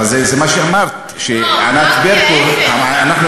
אבל זה מה שאמרת, שענת ברקו, לא, אמרתי ההפך.